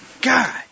God